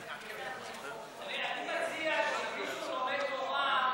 אני מציע שמי שלומד תורה,